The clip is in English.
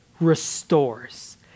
restores